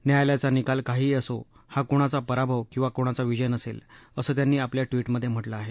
न्यायालयाचा निकाल काहीही असो हा कुणाचा पराभव किवा कुणाचा विजय नसेल असं त्यांनी आपल्या ट्वीटमध्ये म्हटलं आहे